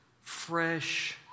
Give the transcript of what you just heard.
fresh